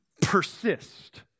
persist